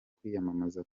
kwiyamamaza